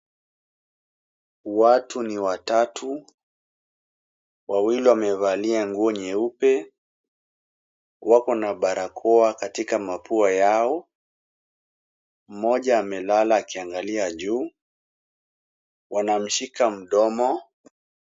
Watu ni watatu, wawili wamevalia nguo nyeupe. Wako na barakoa katika mapua yao. Mmoja amelala akiangalia juu. Wanamshika mdomo.